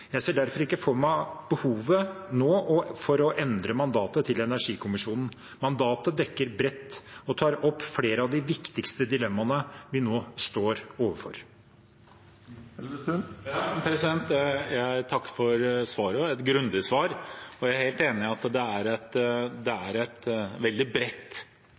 Jeg ser derfor ikke for meg behovet nå for å endre mandatet til energikommisjonen. Mandatet dekker bredt og tar opp flere av de viktigste dilemmaene vi nå står overfor. Jeg takker for et grundig svar. Jeg er helt enig i at det er et veldig bredt mandat og spekter som man må se på – og det